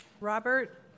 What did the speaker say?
Robert